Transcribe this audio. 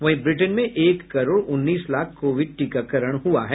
वहीं ब्रिटेन में एक करोड़ उन्नीस लाख कोविड टीकाकरण हुआ है